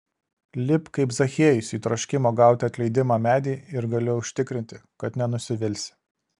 lipk kaip zachiejus į troškimo gauti atleidimą medį ir galiu užtikrinti kad nenusivilsi